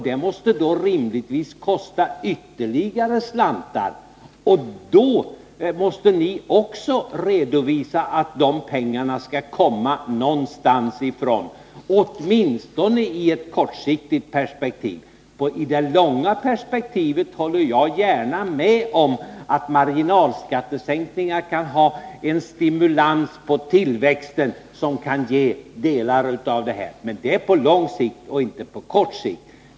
Det måste rimligtvis kosta ytterligare slantar, och då måste ni också redovisa att de pengarna skall komma någonstans ifrån, åtminstone i ett kortsiktigt perspektiv. I det långa perspektivet håller jag gärna med om att marginalskattesänkningar kan ha en stimulans på tillväxten som kan ge en del av de pengar som fordras.